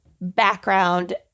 background